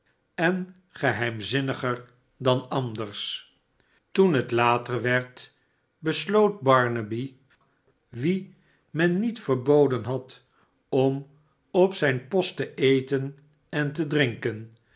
en geheimzinniger dan anders toen het later werd besloot barnaby wien men niet verboden had omop zijn post te eten en te drinken